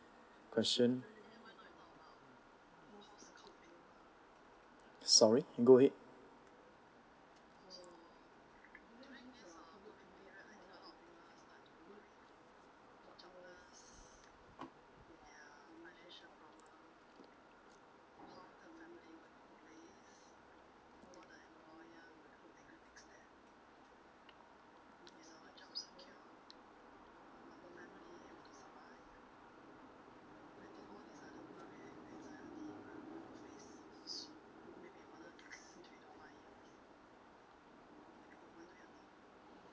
question sorry go ahead